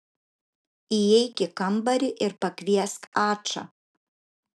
įeik į kambarį ir pakviesk ačą